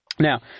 Now